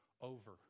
Over